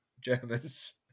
Germans